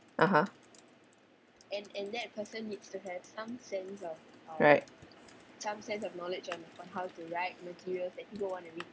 (uh huh) right